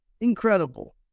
incredible